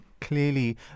clearly